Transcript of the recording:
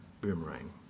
Boomerang